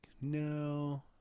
no